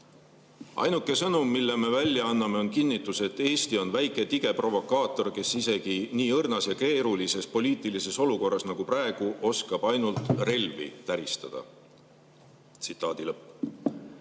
"Ainuke sõnum, mille me välja anname on kinnitus, et Eesti on väike tige provokaator, kes isegi nii õrnas ja keerulises poliitilises olukorras nagu praegu, oskab ainult relvi täristada." Tsitaadi